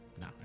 No